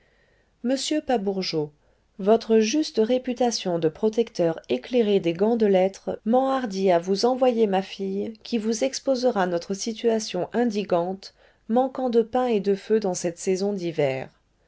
monsieur pabourgeot votre juste réputation de protecteur éclairé des gants de lettres m'enhardit à vous envoyer ma fille qui vous exposera notre situation indigante manquant de pain et de feu dans cette saison d'hyver